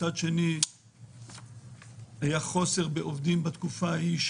מצד שני היה חוסר בעובדים בתקופה ההיא,